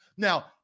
Now